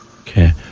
okay